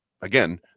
Again